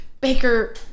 Baker